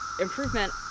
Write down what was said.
improvement